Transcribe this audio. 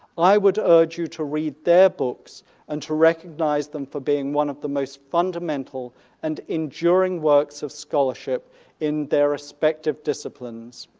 i would urge you to read their books and to recognize them for being one of the most fundamental and enduring works of scholarship in their respective disciplines.